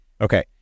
okay